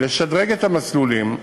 לשדרג את המסלולים,